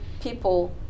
people